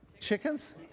Chickens